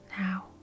now